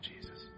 Jesus